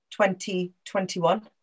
2021